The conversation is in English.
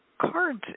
cards